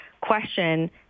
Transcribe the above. question